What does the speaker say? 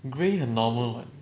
grey 很 normal [what]